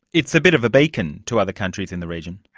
it's a bit of a beacon to other countries in the region.